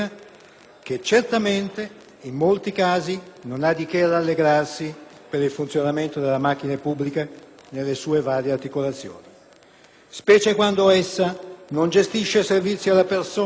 che certamente in molti casi non ha di che rallegrarsi per il funzionamento della macchina pubblica nelle sue varie articolazioni, specie quando essa non gestisce servizi alla persona,